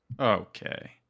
Okay